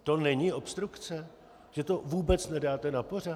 To není obstrukce, že to vůbec nedáte na pořad?